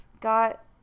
got